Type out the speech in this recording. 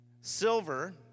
Silver